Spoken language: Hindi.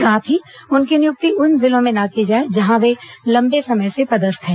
साथ ही उनकी नियुक्ति उन जिलों में न की जाए जहां वे लंबे समय से पदस्थ हैं